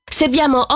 serviamo